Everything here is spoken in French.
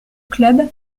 club